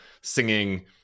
singing